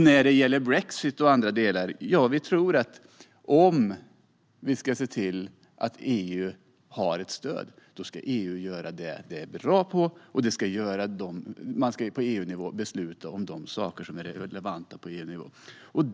När det gäller brexit och andra delar tror vi att EU, om vi ska se till att unionen har ett stöd, ska göra det EU är bra på. Man ska på EU-nivå besluta om de saker som är relevanta på EU-nivå.